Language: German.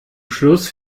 schluss